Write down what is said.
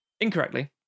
incorrectly